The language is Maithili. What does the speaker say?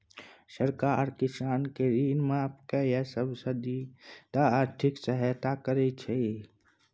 सरकार किसान केँ ऋण माफ कए या सब्सिडी दए आर्थिक सहायता करै छै